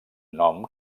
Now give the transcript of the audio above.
nom